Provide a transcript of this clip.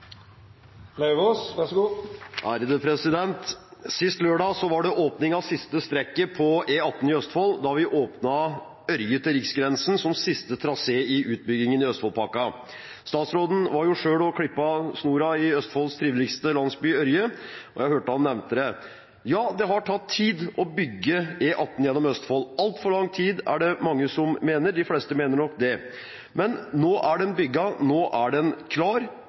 Sist lørdag var det åpning av det siste strekket på E18 i Østfold, da vi åpnet Ørje–Riksgrensen som siste trasé i utbyggingen i Østfoldpakken. Statsråden var selv og klippet snoren i Østfolds triveligste landsby, Ørje, og jeg hørte at han nevnte det. Ja, det har tatt tid å bygge E18 gjennom Østfold – altfor lang tid, er det mange som mener; de fleste mener nok det – men nå er den bygget, nå er den klar.